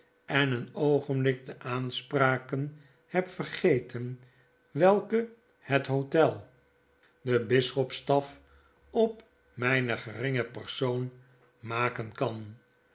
en een oogenblik de aanspraken heb vergeten welke het hotel de bisschopstaf op mijnen geringen persoon maken kan